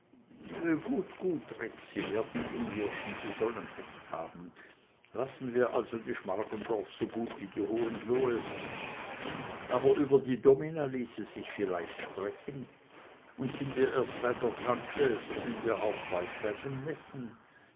gut gut rex sie werden unwirsch und sie sollen recht haben lassen wir also die schmargendorf so gut wie die hohenlohes aber über die domina ließe sich vielleicht sprechen und sind wir erst bei der tante so sind wir auch bald bei dem neffen